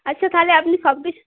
আচ্ছা তাহলে আপনি সব